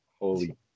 Holy